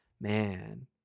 man